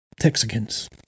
Texicans